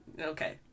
Okay